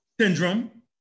syndrome